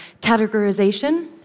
categorization